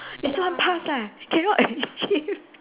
this one pass leh cannot achieve